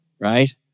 right